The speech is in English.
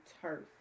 turf